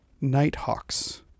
Nighthawks